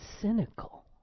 cynical